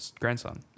grandson